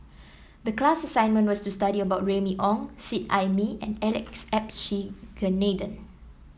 the class assignment was to study about Remy Ong Seet Ai Mee and Alex Abisheganaden